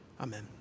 amen